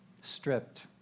stripped